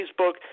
Facebook